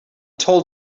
told